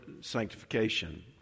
sanctification